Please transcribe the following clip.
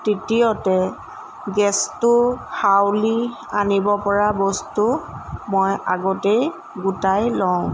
তৃতীয়তে গেছটো হাউলি আনিব পৰা বস্তু মই আগতেই গোটাই লওঁ